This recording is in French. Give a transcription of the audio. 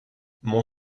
mon